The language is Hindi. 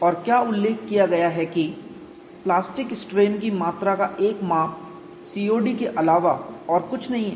और क्या उल्लेख किया गया है कि प्लास्टिक स्ट्रेन की मात्रा का एक माप COD के अलावा और कुछ नहीं है